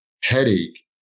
headache